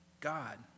God